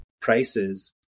prices